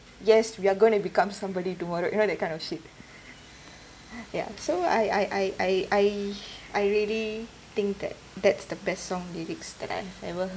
yes we are going to become somebody tomorrow you know that kind of ya so I I I I I really think that that's the best song lyrics that I've ever heard